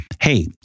Hey